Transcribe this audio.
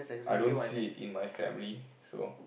I don't see it in my family so